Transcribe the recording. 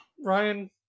Ryan